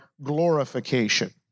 glorification